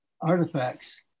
artifacts